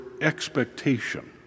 expectation